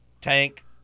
Tank